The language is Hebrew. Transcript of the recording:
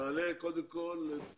נעלה קודם כל את